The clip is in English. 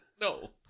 No